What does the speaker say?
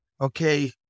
Okay